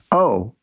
oh,